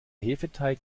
hefeteig